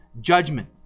judgment